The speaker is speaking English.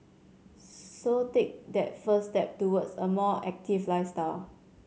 so take that first step towards a more active lifestyle